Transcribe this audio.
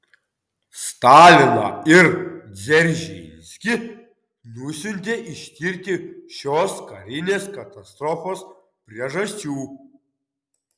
staliną ir dzeržinskį nusiuntė ištirti šios karinės katastrofos priežasčių